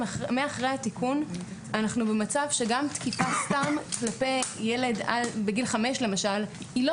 מאז התיקון אנחנו במצב שגם תקיפה סתם כלפי ילד בגיל חמש למשל היא לא